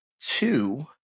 two